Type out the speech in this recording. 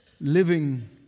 living